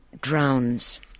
drowns